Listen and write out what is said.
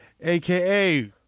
AKA